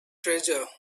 treasure